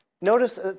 Notice